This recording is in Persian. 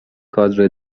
کادر